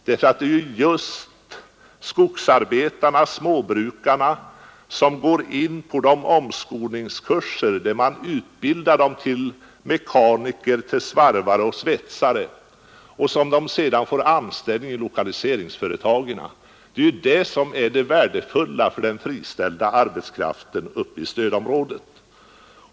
Det är ju möjligheten att få anställning i lokaliseringsföretagen som är värdefull för den friställda arbetskraften ute i stödområdet.